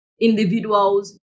individuals